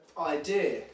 idea